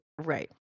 Right